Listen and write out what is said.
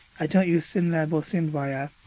i don't use syndlab or syndwire,